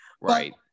Right